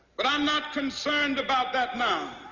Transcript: but i'm not concerned about that now.